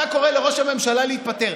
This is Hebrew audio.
אתה קורא לראש הממשלה להתפטר.